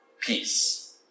peace